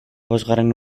bosgarren